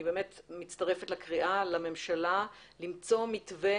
באמת מצטרפת לקריאה לממשלה למצוא מתווה,